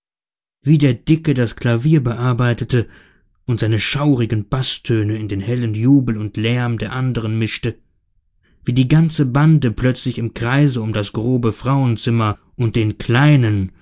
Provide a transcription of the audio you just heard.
wie der dicke das klavier bearbeitete und seine schaurigen baßtöne in den hellen jubel und lärm der anderen mischte wie die ganze bande plötzlich im kreise um das grobe frauenzimmer und den kleinen